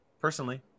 personally